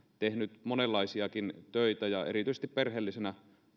tehnyt monenlaisiakin töitä ja erityisesti perheellisenä